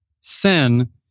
Sin